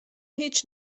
هیچ